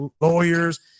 lawyers